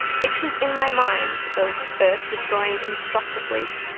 pictures in my mind of earth destroying constructor fleets,